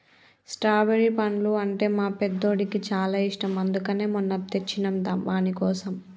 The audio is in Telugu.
స్ట్రాబెరి పండ్లు అంటే మా పెద్దోడికి చాలా ఇష్టం అందుకనే మొన్న తెచ్చినం వానికోసం